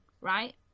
right